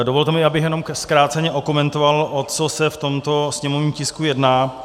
Dovolte mi, abych jenom zkráceně okomentoval, o co se v tomto sněmovním tisku jedná.